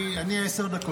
עשר.